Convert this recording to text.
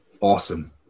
awesome